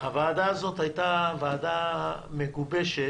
הוועדה הזאת הייתה ועדה מגובשת